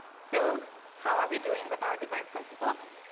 so how are we doing with our design principles?